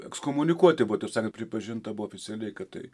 ekskomunikuoti buvo taip sakant pripažinta buvo oficialiai kad tai